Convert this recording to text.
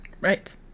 Right